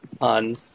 on